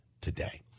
today